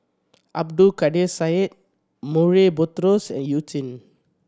Abdul Kadir Syed Murray Buttrose and You Jin